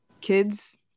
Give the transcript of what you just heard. kids